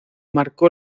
marcó